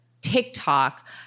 TikTok